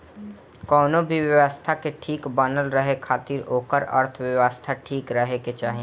कवनो भी व्यवस्था के ठीक बनल रहे खातिर ओकर अर्थव्यवस्था ठीक रहे के चाही